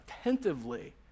attentively